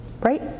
Right